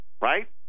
right